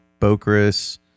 Bokris